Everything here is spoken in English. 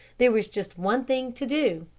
there was just one thing to do,